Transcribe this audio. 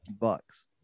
bucks